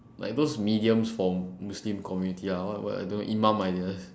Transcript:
like those mediums from muslim community ah what what I don't know imam I guess